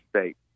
state